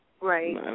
Right